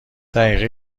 دقیقه